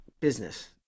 business